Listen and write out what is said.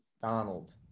Donald